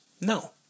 No